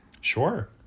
sure